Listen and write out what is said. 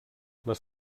les